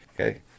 okay